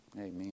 Amen